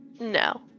no